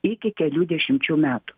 iki kelių dešimčių metų